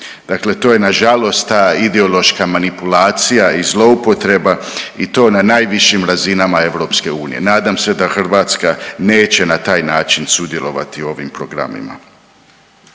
Dakle to je nažalost ta ideološka manipulacija i zloupotreba i to na najvišim razinama EU. Nadam se da Hrvatska neće na taj način sudjelovati u ovim programima.